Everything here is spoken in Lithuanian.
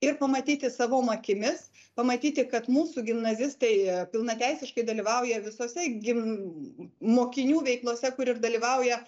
ir pamatyti savom akimis pamatyti kad mūsų gimnazistai pilna teisiškai dalyvauja visose gim mokinių veiklose kur ir dalyvauja